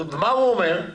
מה הוא אומר?